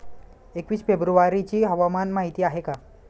एकवीस फेब्रुवारीची हवामान माहिती आहे का?